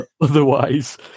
otherwise